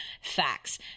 facts